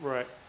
Right